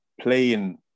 playing